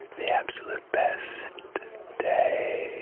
the absolutely best day.